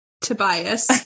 Tobias